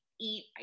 eat